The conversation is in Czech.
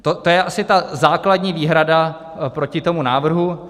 To je asi ta základní výhrada proti tomu návrhu.